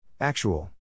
Actual